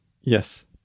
Yes